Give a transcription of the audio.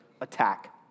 attack